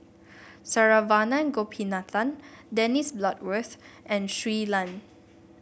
Saravanan Gopinathan Dennis Bloodworth and Shui Lan